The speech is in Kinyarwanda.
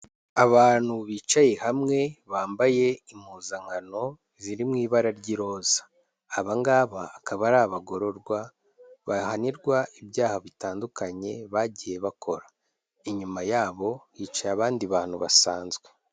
Abantu bicaye hamwe, bambaye impuzankano ziri mu ibara ry'iroza, aba ngaba akaba ari abagororwa bahanirwa ibyaha bitandukanye bagiye bakora, inyuma yabo hicaye abandi bantu basanzwe.